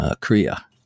Korea